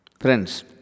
Friends